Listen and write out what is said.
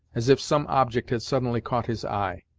as if some object had suddenly caught his eye.